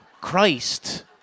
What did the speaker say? Christ